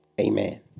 Amen